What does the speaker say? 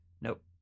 Nope